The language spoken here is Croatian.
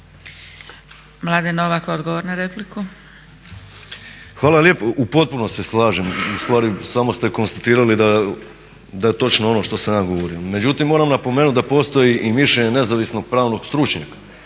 laburisti - Stranka rada)** Hvala lijepo. U potpunosti se slažem, u stvari samo ste konstatirali da je točno ono što sam ja govorio. Međutim, moram napomenuti da postoji i mišljenje nezavisnog pravnog stručnjaka